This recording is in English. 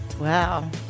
Wow